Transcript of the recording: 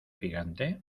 gigante